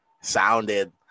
Sounded